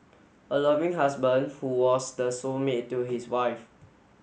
a loving husband who was the soul mate to his wife